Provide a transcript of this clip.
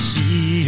See